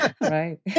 Right